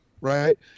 right